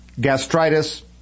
gastritis